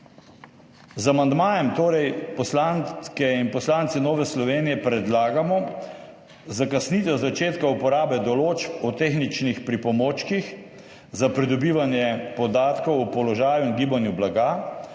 Z amandmajem torej poslanke in poslanci Nove Slovenije predlagamo zakasnitev začetka uporabe določb o tehničnih pripomočkih za pridobivanje podatkov o položaju in gibanju blaga,